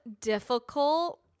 difficult